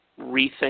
rethink